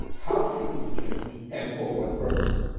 how should it be changed and for what purpose,